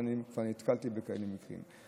ואני כבר נתקלתי במקרים כאלה.